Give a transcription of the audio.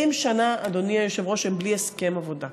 20 שנה, אדוני היושב-ראש, הם בלי הסכם עבודה.